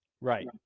Right